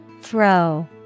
Throw